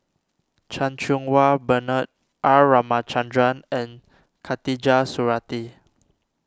Chan Cheng Wah Bernard R Ramachandran and Khatijah Surattee